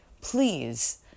Please